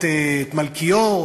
את מלכיאור,